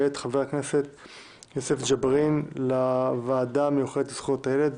ואת חבר הכנסת יוסף ג'בארין ליושב-ראש הוועדה המיוחדת לזכויות הילד,